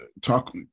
talk